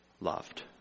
loved